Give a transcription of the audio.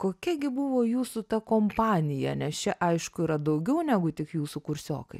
kokia gi buvo jūsų ta kompanija nes čia aišku yra daugiau negu tik jūsų kursiokai